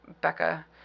Becca